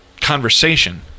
conversation